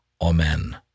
Amen